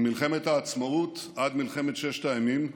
ממלחמת העצמאות עד מלחמת ששת הימים,